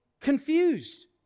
confused